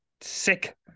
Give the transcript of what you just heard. sick